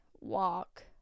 walk